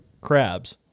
crabs